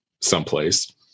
someplace